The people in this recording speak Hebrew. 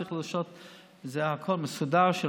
צריך לעשות את הכול מסודר,